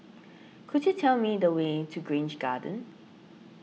could you tell me the way to Grange Garden